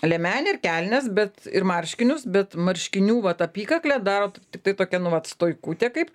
liemenę ir kelnes bet ir marškinius bet marškinių vat apykaklę daro taip tiktai tokia nu vat tojkutė kaip